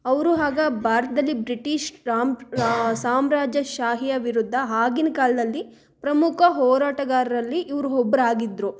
ಅವರು ಆಗ ಭಾರತದಲ್ಲಿ ಬ್ರಿಟಿಷ್ ಸಾಮ್ರಾಜ್ಯಶಾಹಿಯ ವಿರುದ್ಧ ಆಗಿನ್ ಕಾಲದಲ್ಲಿ ಪ್ರಮುಖ ಹೋರಾಟಗಾರರಲ್ಲಿ ಇವ್ರು ಒಬ್ರ್ ಆಗಿದ್ದರು